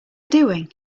doing